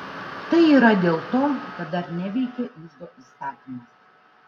tai yra dėl to kad dar neveikia iždo įstatymas